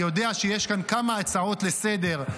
אני יודע שיש כאן כמה הצעות לסדר-היום,